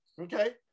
Okay